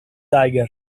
tiger